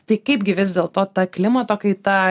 tai kaipgi vis dėlto ta klimato kaita